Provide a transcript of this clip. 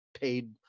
paid